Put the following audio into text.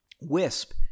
Wisp